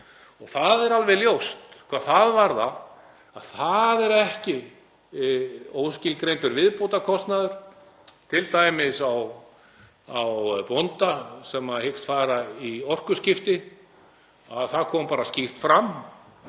Það er alveg ljóst hvað það varðar að það er ekki óskilgreindur viðbótarkostnaður t.d. á bónda sem hyggst fara í orkuskipti, það kom bara skýrt fram